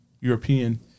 European